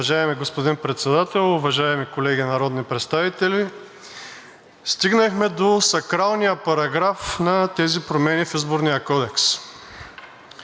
Уважаеми господин Председател, уважаеми колеги народни представители! Стигнахме до сакралния параграф на тези промени в Изборния кодекс,